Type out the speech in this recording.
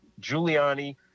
giuliani